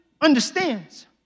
understands